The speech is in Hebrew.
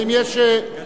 האם יש הסתייגויות?